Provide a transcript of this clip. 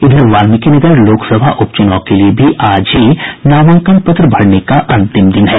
इधर वाल्मिकीनगर लोकसभा उप चुनाव के लिए भी आज ही नामांकन पत्र भरने का अंतिम दिन है